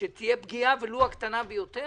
שתהיה פגיעה בניצולים